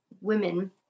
women